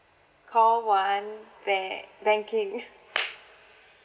call one ba~ banking